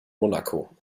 monaco